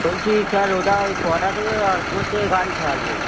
বলছি স্যার ওটা আর কটা থেকে আর কথা থেকে গাড়ি ছাড়বে